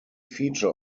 feature